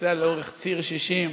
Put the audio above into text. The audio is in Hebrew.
נוסע לאורך ציר 60,